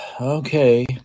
Okay